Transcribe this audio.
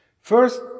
First